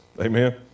Amen